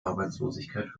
arbeitslosigkeit